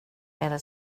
eller